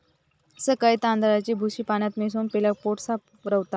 सकाळी तांदळाची भूसी पाण्यात मिसळून पिल्यावर पोट साफ रवता